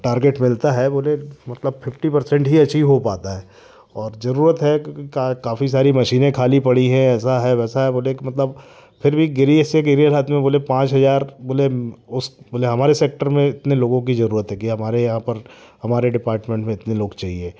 target मिलता है बोले मतलब फिफ्टी परसेंट ही एचीव हो पाता है और जरूरत है क्योंकि काफ़ी सारी मशीनें खाली पड़ी है ऐसा है वैसा है बोले की मतलब फिर भी हाथ में बोलें पाँच हजार बोले उस बोले हमारे सेक्टर में इतने लोगों की जरूरत है कि हमारे यहाँ पर हमारे डिपार्टमेंट में इतने लोग चाहिए